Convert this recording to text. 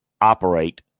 operate